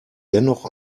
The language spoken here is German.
dennoch